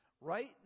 Right